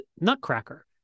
nutcracker